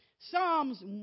Psalms